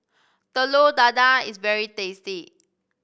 Telur Dadah is very tasty